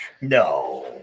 No